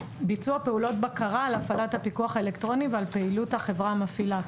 ביצוע פעולות בקרה על הפעלת הפיקוח האלקטרוני ועל פעילות החברה המפעילה.